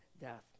death